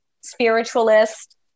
spiritualist